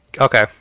Okay